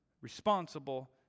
responsible